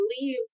leave